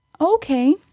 Okay